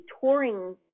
touring